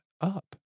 up